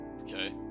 Okay